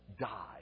die